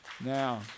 Now